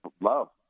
love